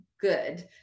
good